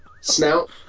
Snout